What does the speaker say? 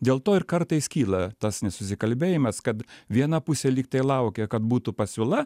dėl to ir kartais kyla tas nesusikalbėjimas kad viena pusė lyg tai laukia kad būtų pasiūla